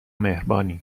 مهربانی